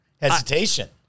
Hesitation